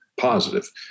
positive